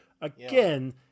Again